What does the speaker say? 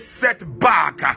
setback